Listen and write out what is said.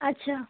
আচ্ছা